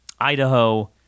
Idaho